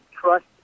trust